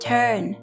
Turn